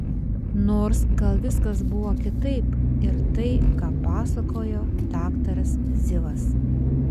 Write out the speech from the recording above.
nors gal viskas buvo kitaip ir tai ką pasakojo daktaras zivas